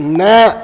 न